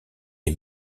les